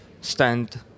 stand